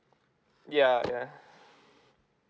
ya ya